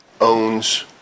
owns